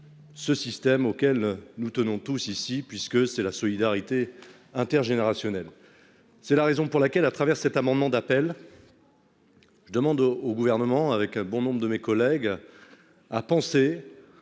le système auquel nous tenons tous ici, puisqu'il traduit la solidarité intergénérationnelle. C'est la raison pour laquelle, au travers de cet amendement d'appel, je demande au Gouvernement, avec bon nombre de mes collègues, de penser